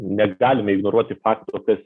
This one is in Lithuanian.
negalime ignoruoti fakto kas